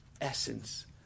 essence